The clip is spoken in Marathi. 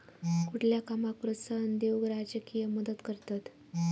कुठल्या कामाक प्रोत्साहन देऊक राजकीय मदत करतत